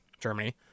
Germany